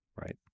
right